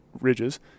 ridges